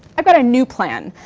i've got a new plan.